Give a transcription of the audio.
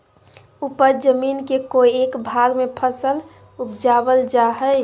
उपज जमीन के कोय एक भाग में फसल उपजाबल जा हइ